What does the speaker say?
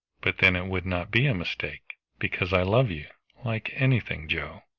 but then it would not be a mistake, because i love you like anything, joe!